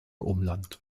umland